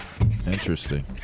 Interesting